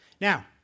Now